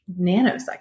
nanoseconds